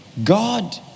God